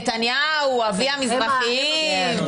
נתניהו אבי המזרחיים.